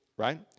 right